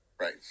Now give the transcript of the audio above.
right